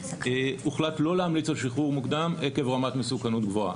הוחלט לא להמליץ על שחרור מוקדם עקב רמת מסוכנות גבוהה.